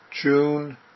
June